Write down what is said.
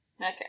Okay